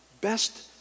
Best